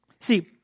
See